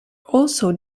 also